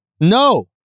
No